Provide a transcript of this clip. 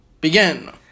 Begin